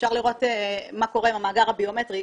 אפשר לראות מה קורה עם המאגר הביומטרי,